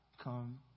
come